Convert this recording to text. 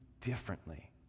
differently